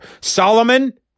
Solomon